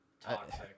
toxic